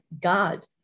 God